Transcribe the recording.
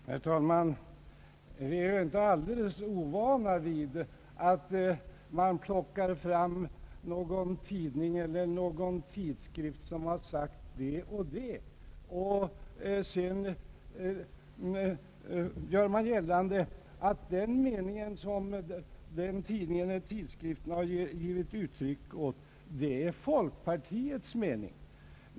Herr talman! Vi är inte alldeles ovana vid att man plockar fram en tidning eller tidskrift i vilken det står det och det, och sedan gör man gällande att den mening som tidningen eller tidskriften givit uttryck för är folkpartiets mening.